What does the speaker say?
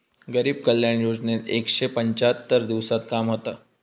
गरीब कल्याण योजनेत एकशे पंच्याहत्तर दिवसांत काम होता